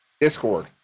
Discord